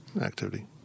activity